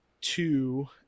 two